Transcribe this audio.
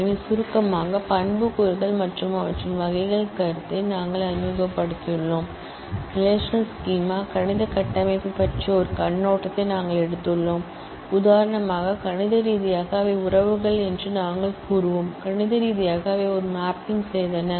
எனவே சுருக்கமாக ஆட்ரிபூட்ஸ் மற்றும் அவற்றின் வகைகளின் கருத்தை நாங்கள் அறிமுகப்படுத்தியுள்ளோம் ரெலேஷனல் ஸ்கீமா கணிதக் கட்டமைப்பைப் பற்றிய ஒரு கண்ணோட்டத்தை நாங்கள் எடுத்துள்ளோம் உதாரணமாக கணித ரீதியாக அவை ரிலேஷன் என்று நாங்கள் கூறுவோம் மேத்தமேட்டிக்கலி அவை ஒரு மேப்பிங் செய்தன